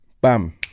bam